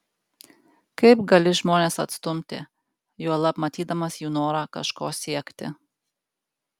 kaip gali žmones atstumti juolab matydamas jų norą kažko siekti